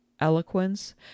eloquence